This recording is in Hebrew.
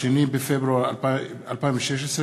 2 בפברואר 2016,